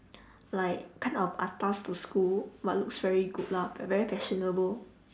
like kind of atas to school but looks very good lah very fashionable